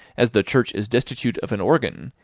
as the church is destitute of an organ,